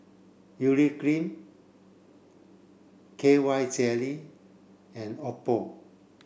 urea cream K Y jelly and Oppo